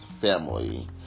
family